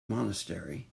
monastery